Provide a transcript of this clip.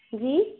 जी